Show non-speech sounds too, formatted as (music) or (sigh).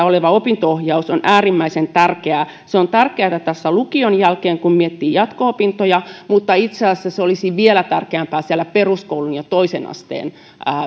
(unintelligible) oleva opinto ohjaus on äärimmäisen tärkeää se on tärkeätä tässä lukion jälkeen kun miettii jatko opintoja mutta itse asiassa se olisi vielä tärkeämpää siellä peruskoulun ja toisen asteen